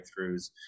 breakthroughs